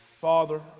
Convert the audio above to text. Father